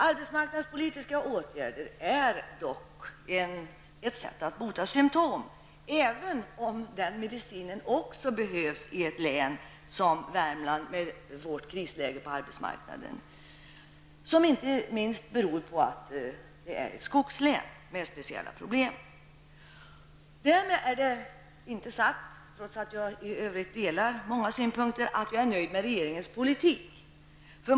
Arbetsmarknadspolitiska åtgärder är dock ett sätt att bota symptom, även om den medicinen också behövs i ett län som Värmland, med vårt krisläge på arbetsmarknaden. Inte minst beror det på att Värmland är ett skogslän med speciella problem. Därmed är det inte sagt, trots att jag i övrigt delar många av synpunkterna att jag är nöjd med regeringens politik.